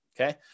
okay